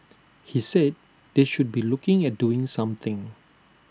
he said they should be looking at doing something